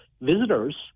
visitors